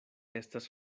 estas